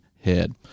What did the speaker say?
head